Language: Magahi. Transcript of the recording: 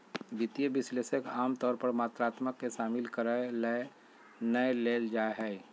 वित्तीय विश्लेषक आमतौर पर मात्रात्मक के शामिल करय ले नै लेल जा हइ